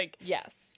yes